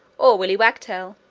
or willy wagtail.